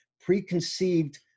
preconceived